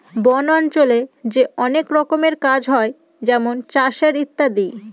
বন অঞ্চলে যে অনেক রকমের কাজ হয় যেমন চাষের ইত্যাদি